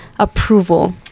approval